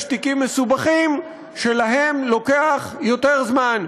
יש תיקים מסובכים, שבהם לוקח יותר זמן.